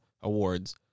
awards